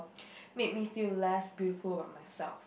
make me feel less beautiful about myself